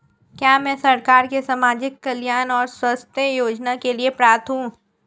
क्या मैं सरकार के सामाजिक कल्याण और स्वास्थ्य योजना के लिए पात्र हूं?